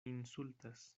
insultas